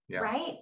Right